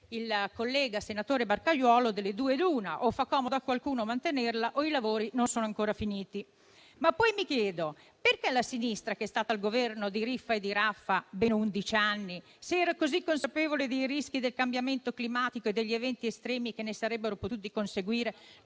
il collega senatore Barcaiuolo, delle due l'una: o fa comodo a qualcuno mantenerla o i lavori non sono ancora finiti. Mi chiedo poi perché se la sinistra, che è stata al Governo, di riffa e di raffa, ben undici anni, era così consapevole dei rischi del cambiamento climatico e degli eventi estremi che ne sarebbero potuti conseguire,